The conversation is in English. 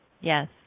Yes